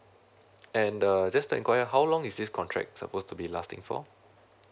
and the just to inquire how long is this contract supposed to be lasting for